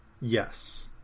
Yes